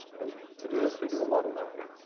and to do this, we do a lot of mapping.